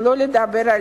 שלא לדבר על